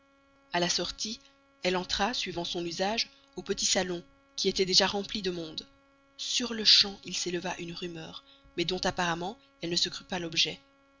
à la sortie elle entra suivant son usage au petit salon qui était déjà rempli de monde sur-le-champ il s'éleva une rumeur mais dont apparemment elle ne se crut pas l'objet